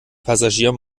passagier